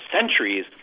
centuries